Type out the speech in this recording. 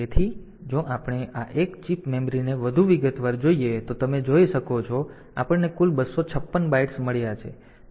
તેથી જો આપણે આ એક ચિપ મેમરીને વધુ વિગતવાર જોઈએ તો તમે તે શોધી શકો છો કે આપણને કુલ 256 બાઇટ્સ મળ્યા છે